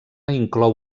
inclou